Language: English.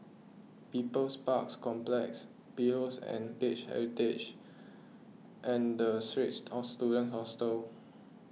People's Park Complex Pillows and Heritage and Straits Students Hostel